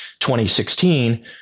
2016